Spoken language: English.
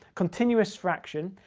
continuous fraction.